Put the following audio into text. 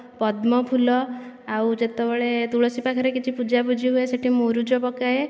ପଦ୍ମ ଫୁଲ ଆଉ ଯେତେବେଳେ ତୁଳସୀ ପାଖରେ କିଛି ପୂଜାପୁଜି ହୁଏ ସେଠି ମୁରୁଜ ପକାଏ